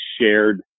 shared